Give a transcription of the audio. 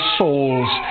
souls